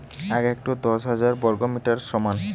এক হেক্টর দশ হাজার বর্গমিটারের সমান